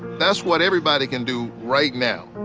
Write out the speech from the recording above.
that's what everybody can do right now.